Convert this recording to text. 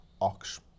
Ox